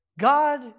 God